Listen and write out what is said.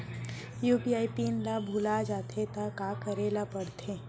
UPI pin ल भुला जाथे त का करे ल पढ़थे?